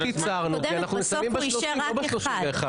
אנחנו כן קיצרנו כי אנחנו מסיימים ב-30, לא ב-31.